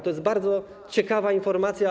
To jest bardzo ciekawa informacja.